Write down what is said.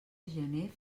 gener